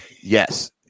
yes